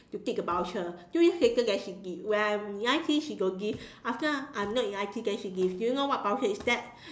to take a voucher two years later then she give when I'm in I_T_E she don't give after I'm not in I_T_E then she give do you know what voucher is that